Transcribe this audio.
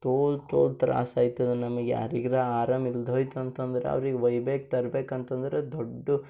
ತೋಲು ತೋಲು ತ್ರಾಸೈತಾದೆ ನಮ್ಗೆ ಯಾರಿಗಾರ ಆರಾಮ ಇಲ್ದೋಯ್ತು ಅಂತಂದ್ರೆ ಅವ್ರಿಗೆ ಒಯ್ಬೇಕು ತರ್ಬೇಕು ಅಂತಂದ್ರೆ ದೊಡ್ಡ